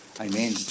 Amen